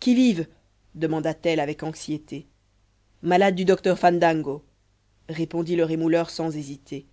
qui vive demanda-t-elle avec anxiété malade du docteur fandango répondit le rémouleur sans hésiter